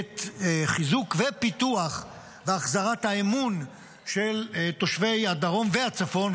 את חיזוק ופיתוח והחזרת האמון של תושבי הדרום והצפון,